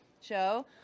show